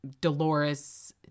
Dolores